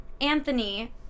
Anthony